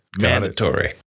mandatory